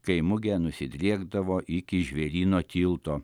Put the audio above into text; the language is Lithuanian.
kai mugė nusidriekdavo iki žvėryno tilto